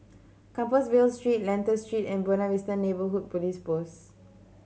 Compassvale Street Lentor Street and Buona Vista Neighbourhood Police Post